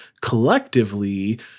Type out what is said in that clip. collectively